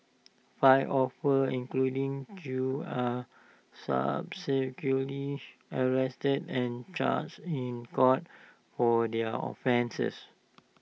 five officers including chew are subsequently arrested and charged in court for their offences